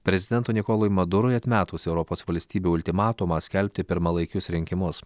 prezidentui nikolui madurui atmetus europos valstybių ultimatumą skelbti pirmalaikius rinkimus